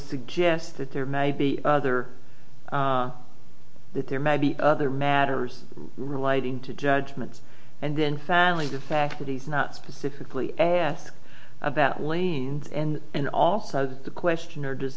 suggests that there may be other that there may be other matters relating to judgments and then family the fact that he's not specifically asked about leans in and also the questioner does